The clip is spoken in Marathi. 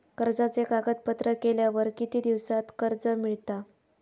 कर्जाचे कागदपत्र केल्यावर किती दिवसात कर्ज मिळता?